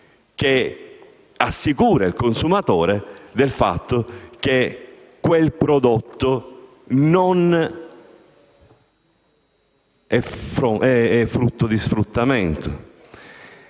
che assicuri il consumatore del fatto che un dato prodotto non è frutto di sfruttamento.